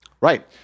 Right